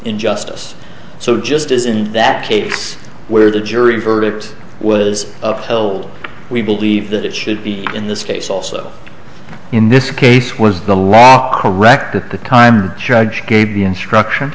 injustice so just as in that case where the jury verdict was upheld we believe that it should be in this case also in this case was the law correct at the time judge gave the instruction